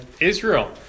Israel